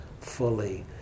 fully